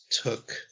took